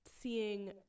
seeing